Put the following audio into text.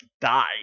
die